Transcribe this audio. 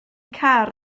car